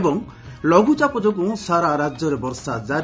ଏବଂ ଲଘୁଚାପ ଯୋଗୁଁ ସାରା ରାଜ୍ୟରେ ବର୍ଷା ଜାରି